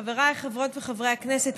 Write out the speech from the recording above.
חבריי חברות וחברי הכנסת,